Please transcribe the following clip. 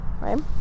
right